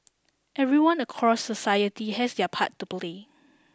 everyone across society has their part to play